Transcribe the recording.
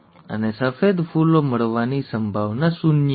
અને સફેદ ફૂલો મળવાની સંભાવના શૂન્ય છે